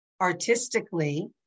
artistically